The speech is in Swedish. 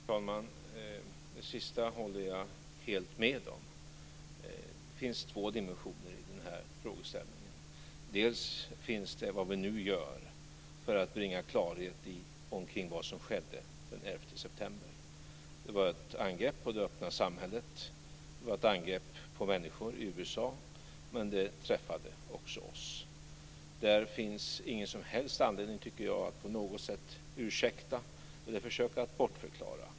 Fru talman! Det sista håller jag helt med om. Det finns två dimensioner i den här frågan. Bl.a. finns vad vi nu gör för att bringa klarhet i vad som skedde den 11 september. Det var ett angrepp mot det öppna samhället. Det var ett angrepp mot människor i USA, men det träffade också oss. Där finns ingen som helst anledning att på något sätt ursäkta eller försöka bortförklara.